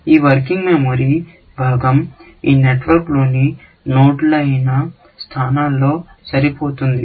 ఈ working memory భాగం ఈ నెట్వర్క్లోని నోడ్లైన స్థానాల్లో సరిపోతుంది